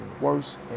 worse